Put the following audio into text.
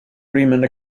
riemann